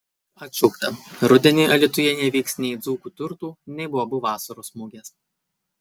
atšaukta rudenį alytuje nevyks nei dzūkų turtų nei bobų vasaros mugės